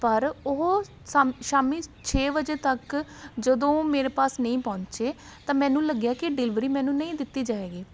ਪਰ ਉਹ ਸਮ ਸ਼ਾਮ ਛੇ ਵਜੇ ਤੱਕ ਜਦੋਂ ਮੇਰੇ ਪਾਸ ਨਹੀਂ ਪਹੁੰਚੇ ਤਾਂ ਮੈਨੂੰ ਲੱਗਿਆ ਕਿ ਡਿਲਵਰੀ ਮੈਨੂੰ ਨਹੀਂ ਦਿੱਤੀ ਜਾਏਗੀ